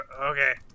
okay